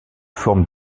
forme